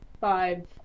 five